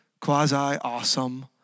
quasi-awesome